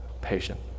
patient